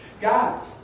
Guys